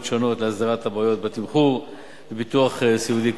להסדרת הבעיות בתמחור בביטוח סיעודי קבוצתי.